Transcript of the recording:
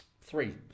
Three